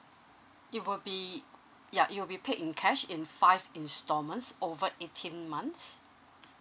it will be ya it will be paid in cash in five installments over eighteen months